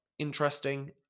interesting